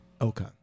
Okay